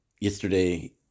yesterday